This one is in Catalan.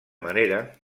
manera